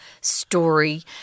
story